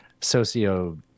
socio